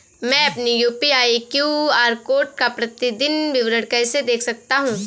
मैं अपनी UPI QR code का प्रतीदीन विवरण कैसे देख सकता हूँ?